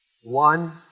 One